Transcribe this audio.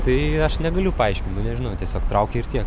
tai aš negaliu paaiškint nu nežinau tiesiog traukia ir tiek